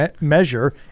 measure